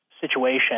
situation